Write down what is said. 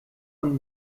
und